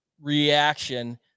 reaction